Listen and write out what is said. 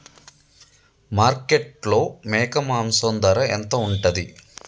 మార్కెట్లో మేక మాంసం ధర ఎంత ఉంటది?